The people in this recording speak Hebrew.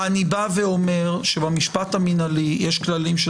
אני בא ואומר שבמשפט המינהלי יש כללים של